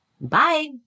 bye